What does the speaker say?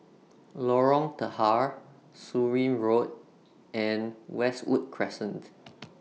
Lorong Tahar Surin Road and Westwood Crescent